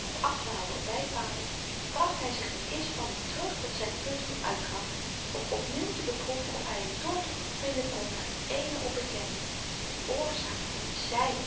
of afdwaalde op bypaden bracht hy zich met inspanning terug tot zyn punt van uitgang om op nieuw te beproeven of hy een doortocht vinden kon naar t ééne onbekende de oorzaak van het zyn